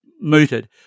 mooted